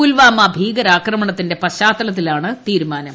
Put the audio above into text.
പുൽവാമ ഭീകരാക്രമണത്തിന്റെ പശ്ചാത്തലത്തിലാണ് തീരുമാനം